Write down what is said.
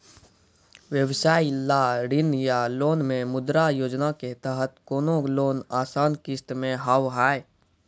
व्यवसाय ला ऋण या लोन मे मुद्रा योजना के तहत कोनो लोन आसान किस्त मे हाव हाय?